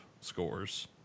scores